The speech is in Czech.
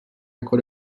jako